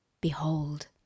behold